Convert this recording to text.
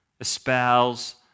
espouse